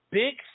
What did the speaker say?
big